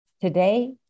Today